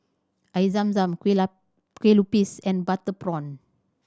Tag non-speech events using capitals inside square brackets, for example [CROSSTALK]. Air Zam Zam kueh [UNINTELLIGIBLE] Kueh Lupis and butter prawn